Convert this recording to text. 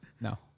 No